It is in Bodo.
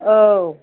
औ